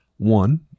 One